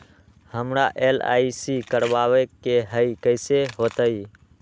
हमरा एल.आई.सी करवावे के हई कैसे होतई?